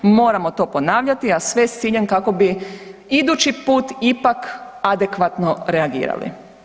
Moramo to ponavljati, a sve s ciljem kako bi idući put ipak adekvatno reagirali.